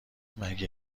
مگه